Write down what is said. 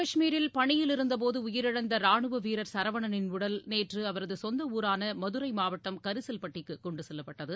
கஷ்மீரில் பணியிலிருந்தபோதுஉயிரிழந்தராணுவவீரர் ஐம்மு சரவணனின் உடல் நேற்றுஅவரதுசொந்தஊரானமதுரைமாவட்டம் கிசல்பட்டிக்குகொண்டுச் செல்லப்பட்டது